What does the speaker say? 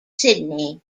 sydney